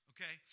Okay